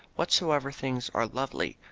whatsoever things are lovely,